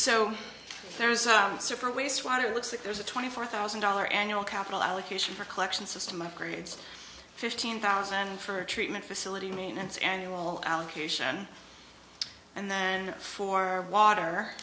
so there is a super waste water looks like there's a twenty four thousand dollar annual capital allocation for collection system upgrades fifteen thousand for a treatment facility maintenance annual allocation and then for water